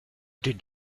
did